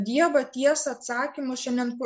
dievą tiesą atsakymus šiandien